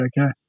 okay